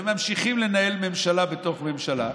וממשיכים לנהל ממשלה בתוך ממשלה,